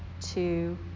two